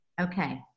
Okay